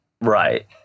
Right